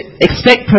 expect